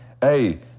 hey